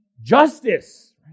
justice